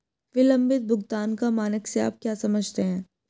विलंबित भुगतान का मानक से आप क्या समझते हैं?